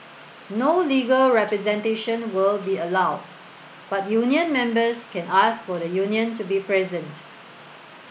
no legal representation will be allowed but union members can ask for the union to be present